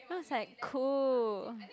then I was like cool